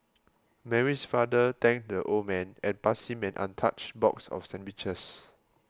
Mary's father thanked the old man and passed him an untouched box of sandwiches